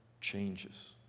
changes